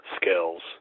skills